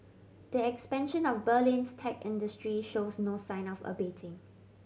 the expansion of Berlin's tech industry shows no sign of abating